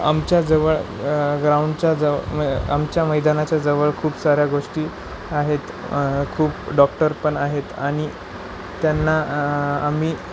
आमच्याजवळ ग्राउंडच्या जवळ आमच्या मैदानाच्या जवळ खूप साऱ्या गोष्टी आहेत खूप डॉक्टर पण आहेत आणि त्यांना आम्ही